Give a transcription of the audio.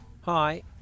Hi